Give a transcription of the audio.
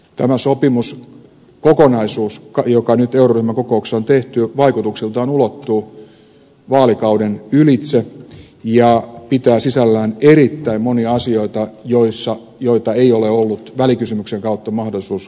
tämä sopimuskokonaisuus joka nyt euroryhmän kokouksessa on tehty ulottuu vaikutuksiltaan vaalikauden ylitse ja pitää sisällään erittäin monia asioita joita ei ole ollut välikysymyksen kautta mahdollisuus avata